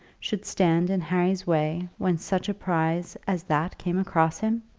should stand in harry's way when such a prize as that came across him!